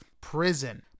prison